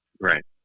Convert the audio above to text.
Right